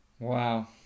Wow